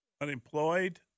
Unemployed